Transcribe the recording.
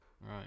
Right